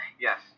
Yes